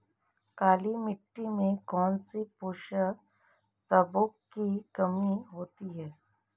काली मिट्टी में कौनसे पोषक तत्वों की कमी होती है?